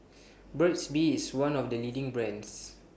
Burt's Bee IS one of The leading brands